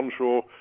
onshore